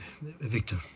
Victor